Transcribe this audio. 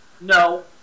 No